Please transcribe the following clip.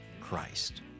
Christ